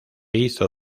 hizo